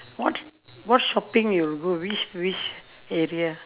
what what shopping you go which which area